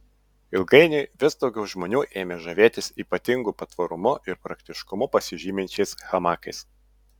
ilgainiui vis daugiau žmonių ėmė žavėtis ypatingu patvarumu ir praktiškumu pasižyminčiais hamakais